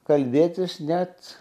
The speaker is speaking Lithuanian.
kalbėtis net